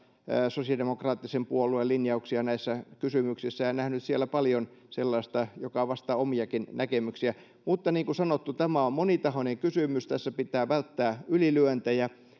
sosiaalidemokraattisen puolueen linjauksia näissä kysymyksissä ja nähnyt siellä paljon sellaista joka vastaa omiakin näkemyksiäni mutta niin kuin sanottu tämä on monitahoinen kysymys tässä pitää välttää ylilyöntejä